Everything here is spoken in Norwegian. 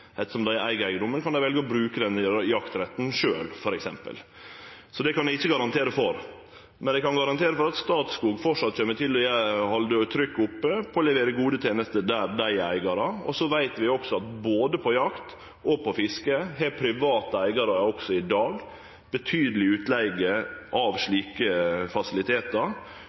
dei eig eigedomen, kan dei f.eks. velje å bruke den jaktretten sjølv. Så det kan eg ikkje garantere for, men eg kan garantere for at Statskog framleis vil halde trykket oppe for å levere gode tenester der dei er eigarar. Så veit vi at både på jakt og på fiske har private eigarar også i dag betydeleg utleige av slike fasilitetar,